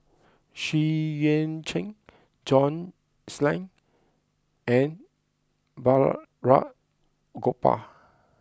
Xu Yuan Zhen John Clang and Balraj Gopal